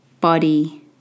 body